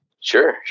Sure